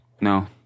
no